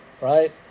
right